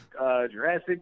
Jurassic